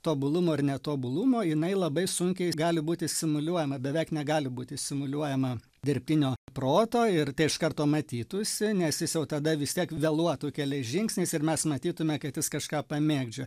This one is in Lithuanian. tobulumo ir netobulumo jinai labai sunkiai gali būti simuliuojama beveik negali būti simuliuojama dirbtinio proto ir tai iš karto matytųsi nes jis jau tada vis tiek vėluotų keliais žingsniais ir mes matytume kad jis kažką pamėgdžio